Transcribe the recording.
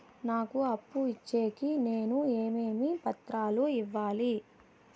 నాకు అప్పు ఇచ్చేకి నేను ఏమేమి పత్రాలు ఇవ్వాలి